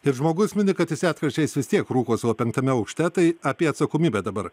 ir žmogus mini kad jis retkarčiais vis tiek rūko savo penktame aukšte tai apie atsakomybę dabar